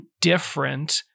different